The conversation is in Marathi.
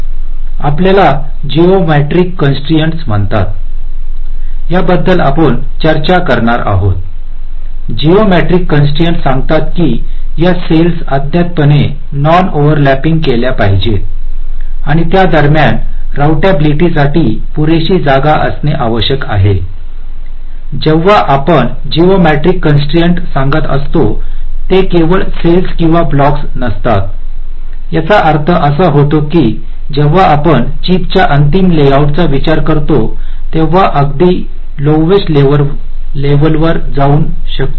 पहिल्याला जयोमेट्रिक कॉन्स्ट्रईन्स म्हणतात याबद्दल आपण चर्चा करणार आहोत जयोमेट्रिक कॉन्स्ट्रईन्स सांगतात की या सेल्स अज्ञातपणे नॉन ओव्हरलॅपिंग केल्या पाहिजेत आणि त्या दरम्यान रौटबिलिटी साठी पुरेशी जागा असणे आवश्यक आहे जेव्हा आपण जयोमेट्रिक कॉन्स्ट्रईन्स सांगत असतो ते केवळ सेल्स किंवा ब्लॉक्स नसतात याचा अर्थ असा होतो की जेव्हा आपण चिपच्या अंतिम लेआउटचा विचार करतो तेव्हा अगदी लोवेस्ट लेव्हल वर जाऊ शकते